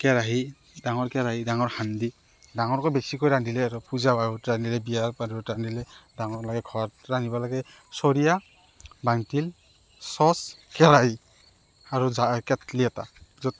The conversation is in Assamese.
কেৰাহি ডাঙৰ কেৰাহি ডাঙৰ সান্দি ডাংৰকৈ বেছিকৈ ৰান্ধিলে আৰু পূজা পাৰ্বনত ৰান্ধিলে বিয়া বাৰুত ৰান্ধিলে ডাঙৰ লাগে ঘৰত ৰান্ধিব লাগিলে চৰিয়া বাল্টিং চচ কেৰাহি জাৰ আৰু কেটলি এটা